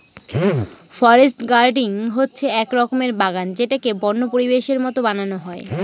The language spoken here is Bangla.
ফরেস্ট গার্ডেনিং হচ্ছে এক রকমের বাগান যেটাকে বন্য পরিবেশের মতো বানানো হয়